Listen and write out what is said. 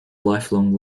lifelong